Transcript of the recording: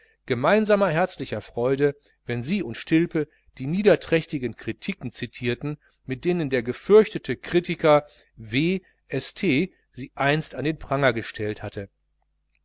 gemeinsamer herzlicher freude wenn sie und stilpe die niederträchtigen kritiken zitierten mit denen der gefürchtete kritiker w st sie einst an den pranger gestellt hatte